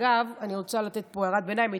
אגב, אני רוצה להגיד פה הערת ביניים.